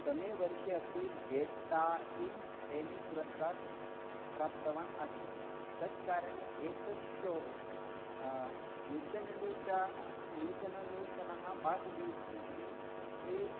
तमे वर्षे अपि डेट्टा इम् एमि पुरस्कारं प्राप्तवान् आसीत् तत्कारणेन एतत् श्शो नूतननूतन नूतननूतनः पाकविधिः ए